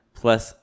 plus